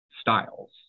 styles